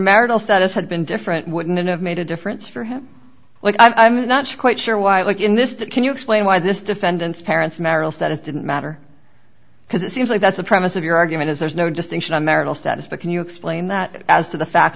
marital status had been different wouldn't it have made a difference for him but i'm not quite sure why like in this that can you explain why this defendant's parents merrill's that it didn't matter because it seems like that's the premise of your argument is there's no distinction of marital status but can you explain that as to the facts